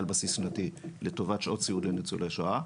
על בסיס שנתי לטובת שעות סיעוד לניצולי שואה.